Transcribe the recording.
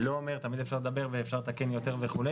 תמיד אפשר לדבר ואפשר לתקן יותר וכו',